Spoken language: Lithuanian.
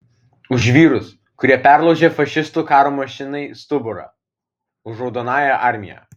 už vyrus kurie perlaužė fašistų karo mašinai stuburą už raudonąją armiją